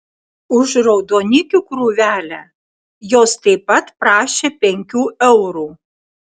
už raudonikių krūvelę jos taip pat prašė penkių eurų